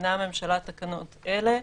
מתקינה הממשלה תקנות אלה: